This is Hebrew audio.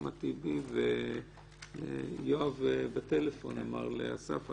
ויואב אמר לאסף בטלפון,